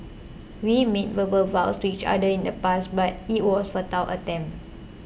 we made verbal vows to each other in the past but it was a futile attempt